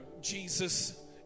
Jesus